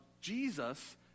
Jesus